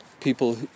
people